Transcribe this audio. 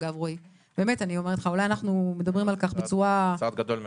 רועי -- זה צעד גדול מאוד.